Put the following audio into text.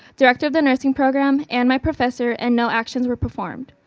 director of the nursing program and my professor and no actions were performed.